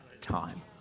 time